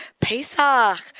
Pesach